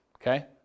Okay